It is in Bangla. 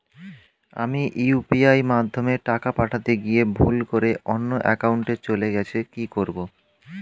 আমি ইউ.পি.আই মাধ্যমে টাকা পাঠাতে গিয়ে ভুল করে অন্য একাউন্টে চলে গেছে কি করব?